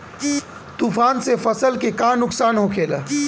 तूफान से फसल के का नुकसान हो खेला?